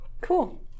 Cool